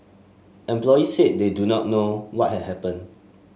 employees said they do not know what had happened